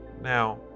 Now